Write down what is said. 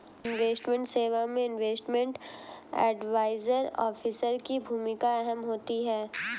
investment सेवा में investment advisory officer की भूमिका अहम होती है